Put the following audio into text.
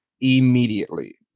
immediately